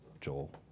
Joel